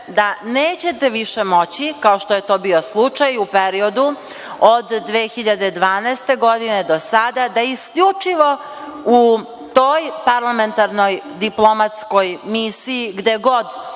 da nećete više moći, kao što je to bio slučaj u periodu od 2012. godine do sada, da isključivo u toj parlamentarnoj diplomatskoj misiji, gde god